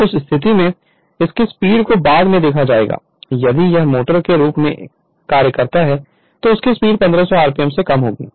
तो उस स्थिति में इसकी स्पीड को बाद में देखा जाएगा यदि यह मोटर के रूप में कार्य करता है तो उसकी स्पीड 1500 RPM से कम होगी